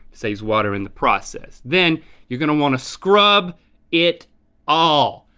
saves water in the process. then you're gonna wanna scrub it all,